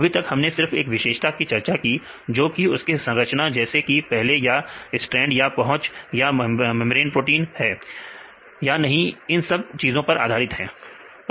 अभी तक हमने सिर्फ एक विशेषता की चर्चा की जो कि उसके संरचना जैसे कि पहले या स्ट्रैंड या पहुंच या मेंब्रेन प्रोटीन है या नहीं इन सब चीजों पर आधारित थी